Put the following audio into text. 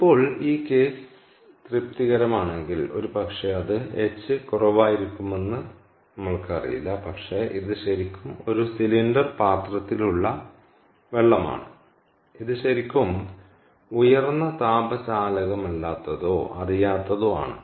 ഇപ്പോൾ ഈ കേസ് തൃപ്തികരമാകണമെങ്കിൽ ഒരുപക്ഷേ അത് h കുറവായിരിക്കുമെന്ന് ഞങ്ങൾക്ക് അറിയില്ല പക്ഷേ ഇത് ശരിക്കും ഒരു സിലിണ്ടർ പാത്രത്തിലുള്ള വെള്ളമാണ് ഇത് ശരിക്കും ഉയർന്ന താപ ചാലകമല്ലാത്തതോ അറിയാത്തതോ ആണ്